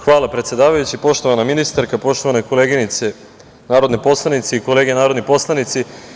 Hvala predsedavajući, poštovana ministar-ka, poštovane koleginice narodne poslanice i kolege narodni poslanici.